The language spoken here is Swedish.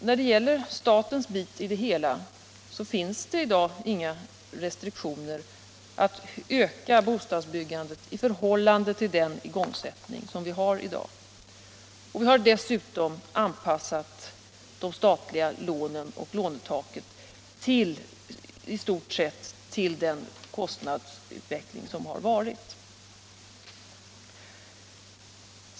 När det gäller den del som staten svarar för finns det i dag inga restriktioner för en ökning av bostadsbyggandet i förhållande till dagens igångsättning. Vi har dessutom i stort sett anpassat de statliga lånen och lånetaket till den kostnadsutveckling som har ägt rum.